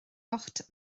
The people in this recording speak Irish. ucht